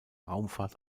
raumfahrt